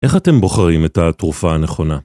איך אתם בוחרים את התרופה הנכונה?